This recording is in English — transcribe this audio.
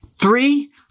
Three